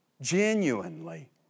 genuinely